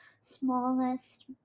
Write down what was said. smallest